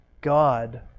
God